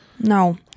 No